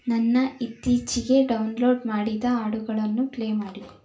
ನನ್ನ ಇತ್ತೀಚೆಗೆ ಡೌನ್ಲೋಡ್ ಮಾಡಿದ ಹಾಡುಗಳನ್ನು ಪ್ಲೇ ಮಾಡಿ